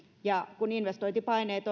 ja kun investointipaineet